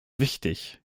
wichtig